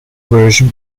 version